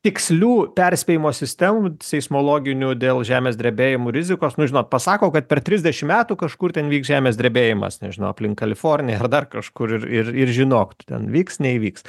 tikslių perspėjimo sistemų seismologinių dėl žemės drebėjimų rizikos nu žinot pasako kad per trisdešimt metų kažkur ten vyks žemės drebėjimas nežinau aplink kaliforniją ar dar kažkur ir ir žinok tu ten vyks neįvyks